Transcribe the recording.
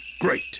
great